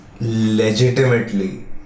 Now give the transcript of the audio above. legitimately